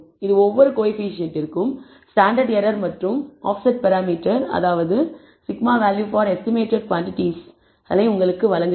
இது ஒவ்வொரு கோஎஃபீஷியேன்ட்டிற்கும் ஸ்டாண்டர்ட் எரர் மற்றும் ஆஃப்செட் பராமீட்டர் அதாவது σ வேல்யூ பார் எஸ்டிமேட்டட் குவாண்டிடீஸ் களை உங்களுக்கு வழங்குகிறது